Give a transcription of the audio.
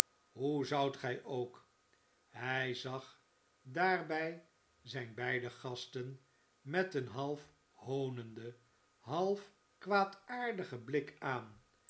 hoe zoudt gij ook hij zag daarbij zijn beide gasten met een half hoonenden half kwaadaardigen bik aan